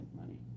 money